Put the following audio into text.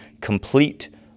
complete